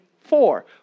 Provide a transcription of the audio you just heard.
four